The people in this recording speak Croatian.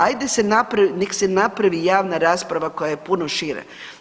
Ajde se, nek se napravi javna rasprava koja je puno šira.